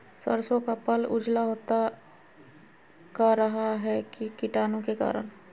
सरसो का पल उजला होता का रहा है की कीटाणु के करण?